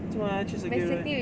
做么要去 circuit road leh